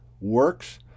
works